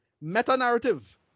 Meta-narrative